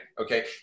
Okay